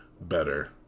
better